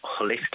holistic